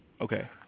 Okay